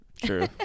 True